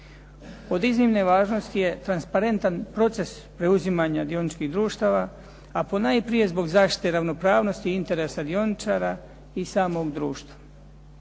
Od iznimne je važnosti transparentan proces preuzimanja dioničkih društava, a ponajprije zbog zaštite ravnopravnosti i interesa dioničara i samog društva.